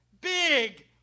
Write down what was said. Big